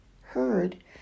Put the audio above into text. heard